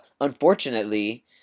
Unfortunately